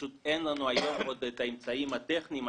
פשוט אין לנו היום עוד את האמצעים הטכניים,